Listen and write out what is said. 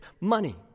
money